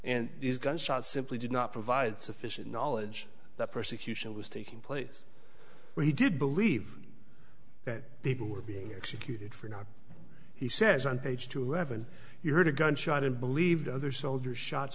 and these gunshots simply did not provide sufficient knowledge that persecution was taking place where he did believe that people were being executed for not he says on page two eleven you heard a gunshot and believed other soldiers shot